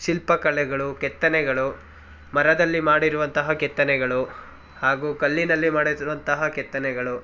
ಶಿಲ್ಪಕಲೆಗಳು ಕೆತ್ತನೆಗಳು ಮರದಲ್ಲಿ ಮಾಡಿರುವಂತಹ ಕೆತ್ತನೆಗಳು ಹಾಗೂ ಕಲ್ಲಿನಲ್ಲಿ ಮಾಡಿರುವಂತಹ ಕೆತ್ತನೆಗಳು